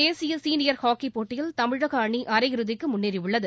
தேசிய சீனியர் ஹாக்கிப் போட்டியில் தமிழக அணி அரை இறுதிக்கு முன்னேறியுள்ளது